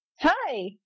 Hi